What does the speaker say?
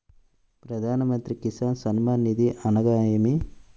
ప్రధాన మంత్రి కిసాన్ సన్మాన్ నిధి అనగా ఏమి?